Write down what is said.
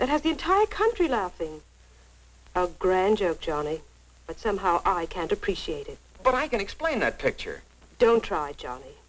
that has the entire country laughing granger johnny but somehow i can't appreciate it but i can explain that picture don't try johnny